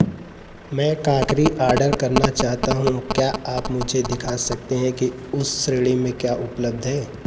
मैं crockery order करना चाहता हूँ क्या आप मुझे दिखा सकते हैं कि उस श्रेणी में क्या उपलब्ध हैं